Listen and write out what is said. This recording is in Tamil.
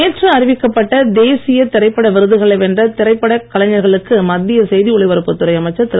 நேற்று அறிவிக்கப்பட்ட தேசிய திரைப்பட விருதுகளை வென்ற திரைப்படக் கலைஞர்களுக்கு மத்திய செய்தி ஒலிபரப்புத் துறை அமைச்சர் திரு